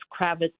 Kravitz